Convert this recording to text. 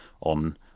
on